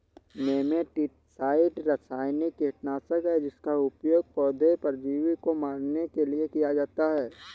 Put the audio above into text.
nematicide रासायनिक कीटनाशक है जिसका उपयोग पौधे परजीवी को मारने के लिए किया जाता है